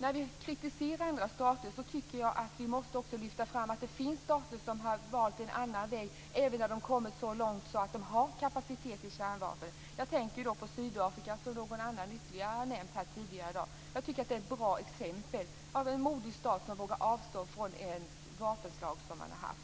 När vi kritiserar andra stater tycker jag att vi också måste lyfta fram att det finns länder som har valt en annan väg, även sedan de har kommit så långt att de fått kapacitetet för kärnvapen. Jag tänker på Sydafrika, som en annan talare har nämnt i dag. Jag tycker att det är ett bra exempel på en modig stat som vågar avstå från ett vapenslag som man kunde ha haft.